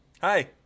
Hi